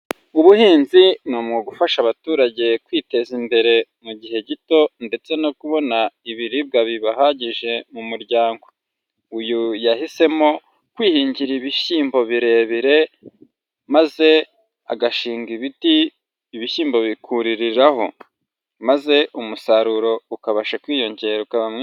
Ubuhinzi ni umwuga ugufasha abaturage ndetse no kwiteza imbere mu gihe gito ndetse no kubona ibiribwa bibahagije mu muryango, uyu yahisemo kwihingira ibishyimbo birebire maze agashinga ibiti, ibishyimbo bikuririraho maze umusaruro ukabasha kwiyongera ukaba mwinshi.